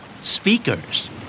Speakers